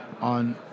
on